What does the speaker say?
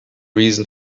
reason